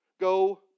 Go